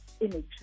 image